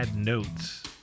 Notes